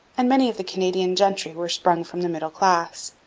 and many of the canadian gentry were sprung from the middle class.